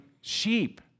sheep